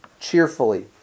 cheerfully